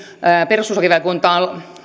perustuslakivaliokunta